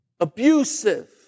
Abusive